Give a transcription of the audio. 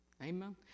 Amen